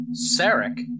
Sarek